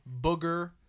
booger